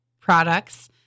products